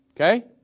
Okay